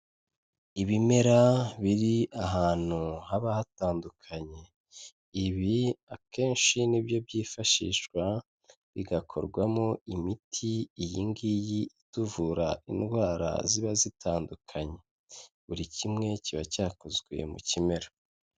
Ibimera biri ahantu haba hatandukanye. Ibi akenshi nibyo byifashishwa, bigakorwamo imiti, iyi ngiyi ituvura indwara ziba zitandukanye. Buri kimwe kiba cyakozwe mu kimera.